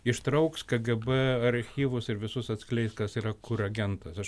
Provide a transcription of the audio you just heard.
ištrauks kgb archyvus ir visus atskleis kas yra kur agentas aš